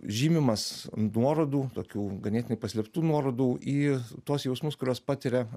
žymimas nuorodų tokių ganėtinai paslėptų nuorodų į tuos jausmus kuriuos patiria